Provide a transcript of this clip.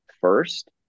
first